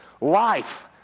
Life